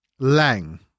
Lang